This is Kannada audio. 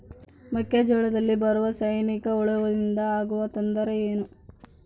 ಮೆಕ್ಕೆಜೋಳದಲ್ಲಿ ಬರುವ ಸೈನಿಕಹುಳುವಿನಿಂದ ಆಗುವ ತೊಂದರೆ ಏನು?